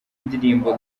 indirimbo